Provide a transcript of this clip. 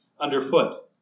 underfoot